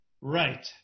right